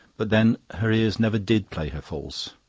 but then her ears never did play her false.